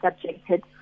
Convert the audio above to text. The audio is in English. subjected